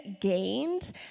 gained